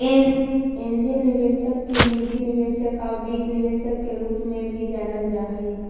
angel निवेशक के निजी निवेशक आउ बीज निवेशक के रूप में भी जानल जा हइ